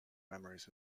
memories